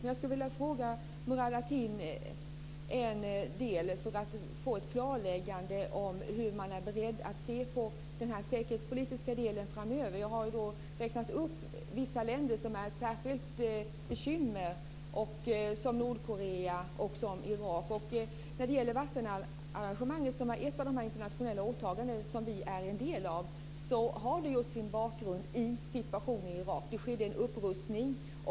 Men jag skulle vilja ha ett klarläggande från Murad Artin om hur man ser på den säkerhetspolitiska delen framöver. Jag räknade upp vissa länder som är ett särskilt bekymmer, t.ex. Nordkorea och Irak. Wassenaararrangemanget var ett av de internationella åtaganden som vi är en del av. Det har sin bakgrund i situationen i Irak. Det skedde en upprustning.